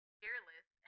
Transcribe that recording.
fearless